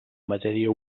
matèria